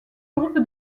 groupe